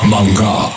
Manga